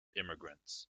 immigrants